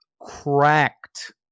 cracked